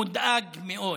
מודאג מאוד.